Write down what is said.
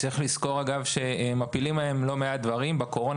צריך לזכור שמפילים היום לא מעט דברים בקורונה,